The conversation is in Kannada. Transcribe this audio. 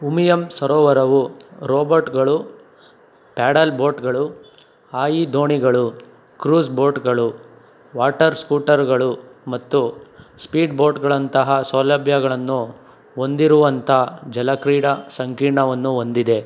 ಉಮಿಯಂ ಸರೋವರವು ರೋಬೋಟ್ಗಳು ಪ್ಯಾಡಲ್ ಬೋಟ್ಗಳು ಹಾಯಿ ದೋಣಿಗಳು ಕ್ರೂಸ್ ಬೋಟ್ಗಳು ವಾಟರ್ ಸ್ಕೂಟರ್ಗಳು ಮತ್ತು ಸ್ಪೀಡ್ ಬೋಟ್ಗಳಂತಹ ಸೌಲಭ್ಯಗಳನ್ನು ಹೊಂದಿರುವಂಥ ಜಲಕ್ರೀಡಾ ಸಂಕೀರ್ಣವನ್ನು ಹೊಂದಿದೆ